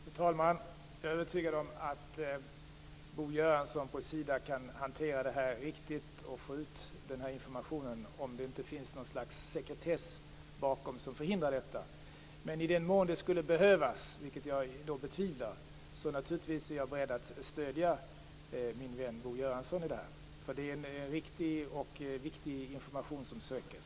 Fru talman! Jag är övertygad om att Bo Göransson på Sida kan hantera detta riktigt och få ut informationen, om det nu inte finns ett slags sekretess bakom det hela som förhindrar detta. I den mån det skulle behövas, vilket jag betvivlar, är jag naturligtvis beredd att stödja min vän Bo Göransson i detta sammanhang. Det är ju en riktig och viktig information som söks.